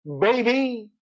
baby